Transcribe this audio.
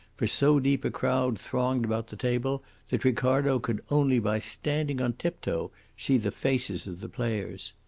for so deep a crowd thronged about the table that ricardo could only by standing on tiptoe see the faces of the players.